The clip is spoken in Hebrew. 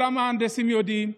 כל המהנדסים יודעים,